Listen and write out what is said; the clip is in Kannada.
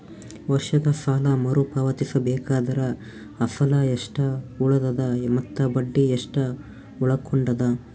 ವರ್ಷದ ಸಾಲಾ ಮರು ಪಾವತಿಸಬೇಕಾದರ ಅಸಲ ಎಷ್ಟ ಉಳದದ ಮತ್ತ ಬಡ್ಡಿ ಎಷ್ಟ ಉಳಕೊಂಡದ?